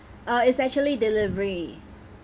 uh it's actually delivery